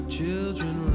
Children